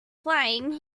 flying